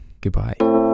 Goodbye